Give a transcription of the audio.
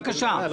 בבקשה.